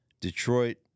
Detroit